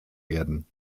werden